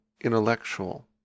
intellectual